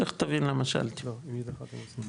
חלק הם מחליפים וחלק הם חסרי דירה.